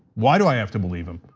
why do i have to believe him?